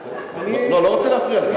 לא, אני לא רוצה להפריע לך.